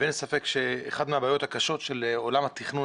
ואין ספק שאחת הבעיות הקשות של עולם התכנון